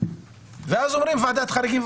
ואז אומרים ועדת חריגים.